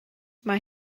mae